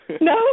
No